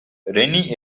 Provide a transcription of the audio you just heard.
rainy